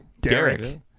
Derek